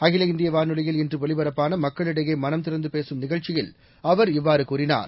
அகில இந்திய வானொலியில் இன்று ஒலிபரப்பான மக்களிடையே மனம் திறந்து பேசும் மன் கி பாத் நிகழ்ச்சியில் அவர் இவ்வாறு கூறினார்